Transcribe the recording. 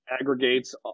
aggregates